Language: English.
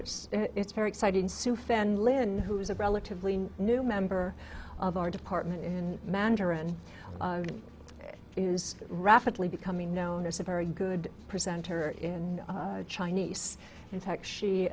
it's it's very exciting sue fenlon who is a relatively new member of our department in mandarin is rapidly becoming known as a very good presenter in chinese in fact she